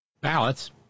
ballots